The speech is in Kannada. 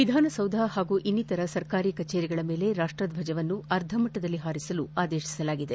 ವಿಧಾನಸೌಧ ಹಾಗೂ ಇನ್ನಿತರ ಸರ್ಕಾರಿ ಕಚೇರಿಗಳ ಮೇಲೆ ರಾಪ್ಪದ್ವಜವನ್ನು ಅರ್ಧಮಟ್ಟದಲ್ಲಿ ಹಾರಿಸಲು ಆದೇಶಿಸಲಾಗಿದೆ